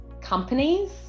companies